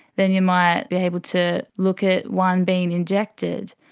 then you might be able to look at one being injected.